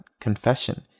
confession